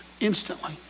instantly